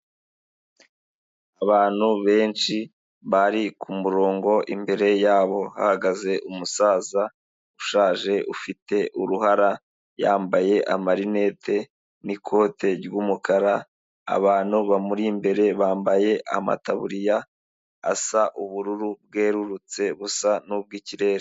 Abantu benshi bari ku murongo imbere yabo hahagaze umusaza ushaje ufite uruhara yambaye amarinete n'ikote ry'umukara, abantu bamuri imbere bambaye amataburiya asa ubururu bwerurutse busa n'ubw'ikirere.